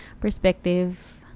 perspective